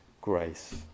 grace